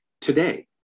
today